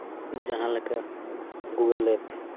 ᱡᱟᱦᱟᱸᱞᱮᱠᱟ Google app